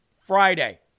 Friday